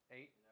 Eight